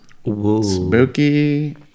spooky